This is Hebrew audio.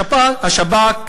השב"כ,